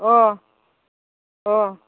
अह अह